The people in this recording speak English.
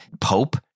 Pope